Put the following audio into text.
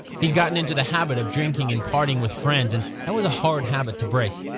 he'd gotten into the habit of drinking and partying with friends, and that was a hard habit to break.